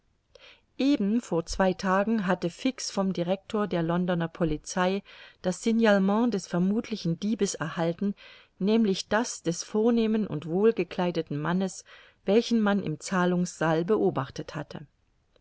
eben vor zwei tagen hatte fix vom director der londoner polizei das signalement des vermuthlichen diebes erhalten nämlich das des vornehmen und wohl gekleideten mannes welchen man im zahlungssaal beobachtet hatte